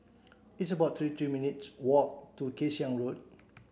it's about three three minutes' walk to Kay Siang Road